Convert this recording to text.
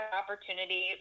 opportunity